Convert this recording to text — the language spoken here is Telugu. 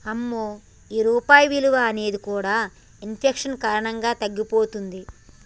అమ్మో ఈ రూపాయి విలువ అనేది కూడా ఇన్ఫెక్షన్ కారణంగా తగ్గిపోతుంది